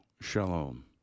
shalom